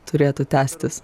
turėtų tęstis